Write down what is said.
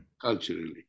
culturally